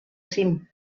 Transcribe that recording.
cim